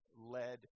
led